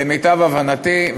למיטב הבנתי,